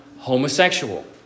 Homosexual